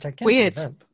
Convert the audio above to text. Weird